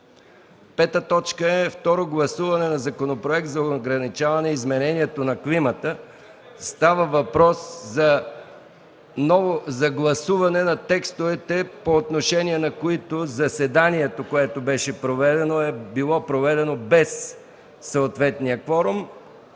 Републиката. 5. Второ гласуване на Законопроект за ограничаване изменението на климата. Става въпрос за гласуване на текстовете, по отношение на които заседанието, което беше проведено, е било проведено без съответния кворум.